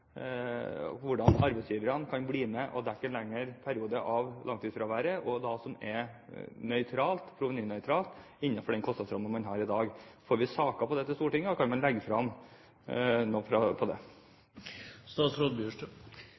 arbeidsgiverne kan bli med og dekke en lengre periode av langtidsfraværet, som er provenynøytralt innenfor den kostnadsrammen man har i dag? Får vi saker om det til Stortinget, og kan man legge